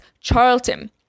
Charlton